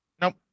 nope